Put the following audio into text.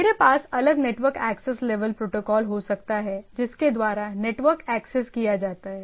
मेरे पास अलग नेटवर्क एक्सेस लेवल प्रोटोकॉल हो सकता है जिसके द्वारा नेटवर्क एक्सेस किया जाता है